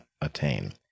attain